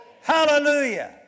Hallelujah